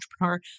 entrepreneur